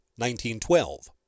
1912